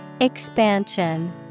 Expansion